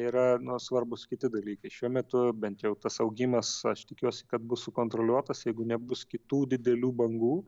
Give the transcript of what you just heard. yra nu svarbūs kiti dalykai šiuo metu bent jau tas augimas aš tikiuosi kad bus sukontroliuotas jeigu nebus kitų didelių bangų